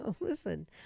Listen